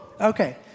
okay